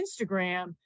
instagram